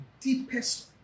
deepest